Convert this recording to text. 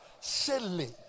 silly